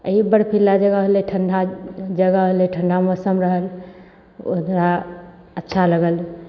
आोर ई बर्फिला जगह होलय ठण्डा जगह होलय ठण्डा मौसम ओ थोड़ा रहल अच्छा लगल